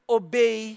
obey